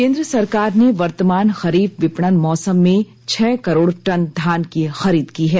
केंद्र सरकार ने वर्तमान खरीफ विपणन मौसम में छह करोड़ टन धान की खरीद की है